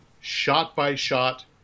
shot-by-shot